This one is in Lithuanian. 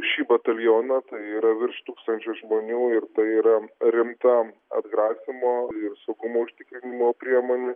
šį batalioną tai yra virš tūkstančio žmonių ir tai yra rimta atgrasymo ir saugumo užtikrinimo priemonių